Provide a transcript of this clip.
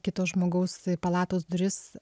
kito žmogaus palatos duris